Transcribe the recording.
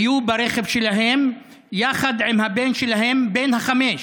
שהיו ברכב שלהם יחד עם הבן שלהם בן החמש,